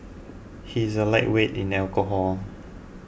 he is a lightweight in alcohol